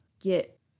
get